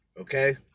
okay